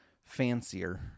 fancier